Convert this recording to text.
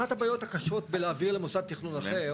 אחת הבעיות הקשות בלהעביר למוסד תכנון אחר,